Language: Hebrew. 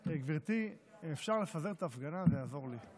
גברתי, אם אפשר לפזר את ההפגנה זה יעזור לי.